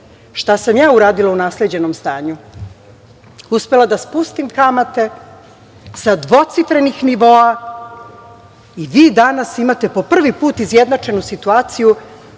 sam ja uradila u nasleđenom stanju? Uspela da spustim kamate sa dvocifrenih nivoa i vi danas imate po prvi put izjednačenu situaciju